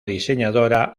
diseñadora